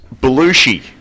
Belushi